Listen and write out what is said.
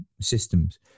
systems